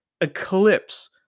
eclipse